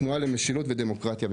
התנועה למשילות ודמוקרטיה,